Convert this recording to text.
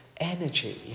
energy